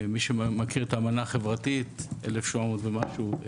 מי שמכיר את האמנה החברתית 1,700 ומשהו.